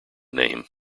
name